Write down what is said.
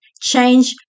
change